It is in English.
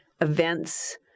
events